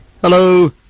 Hello